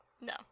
No